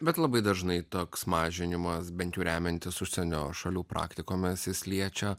bet labai dažnai toks mažinimas bent jau remiantis užsienio šalių praktikomis jis liečia